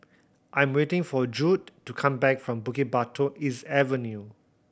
I'm waiting for Judd to come back from Bukit Batok East Avenue